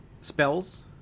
spells